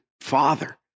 father